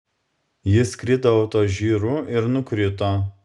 jis skrido autožyru ir nukrito